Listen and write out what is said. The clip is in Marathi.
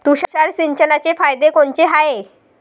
तुषार सिंचनाचे फायदे कोनचे हाये?